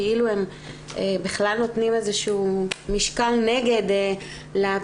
כאילו הם בכלל נותנים איזה שהוא משקל נגד לפגיעות